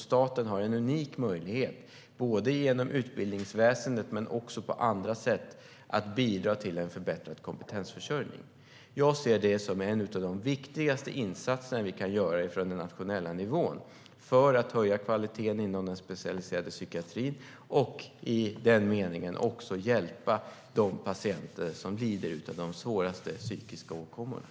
Staten har en unik möjlighet, genom utbildningsväsendet men också på andra sätt, att bidra till en förbättrad kompetensförsörjning. Jag ser det som en av de viktigaste insatserna vi kan göra från den nationella nivån för att höja kvaliteten inom den specialiserade psykiatrin och i den meningen också hjälpa de patienter som lider av de svåraste psykiska åkommorna.